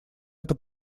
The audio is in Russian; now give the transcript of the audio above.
эта